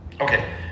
Okay